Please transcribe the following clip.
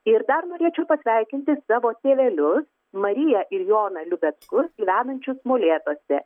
ir dar norėčiau pasveikinti savo tėvelius mariją ir joną liubeckus gyvenančius molėtuose